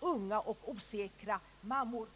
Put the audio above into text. unga och osäkra mammor.